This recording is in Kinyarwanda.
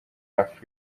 afurika